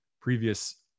previous